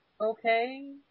okay